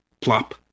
Plop